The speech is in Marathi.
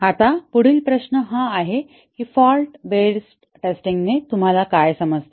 आता पुढील प्रश्न हा आहे की फॉल्ट बेस्ड टेस्टिंगने तुम्हाला काय समजते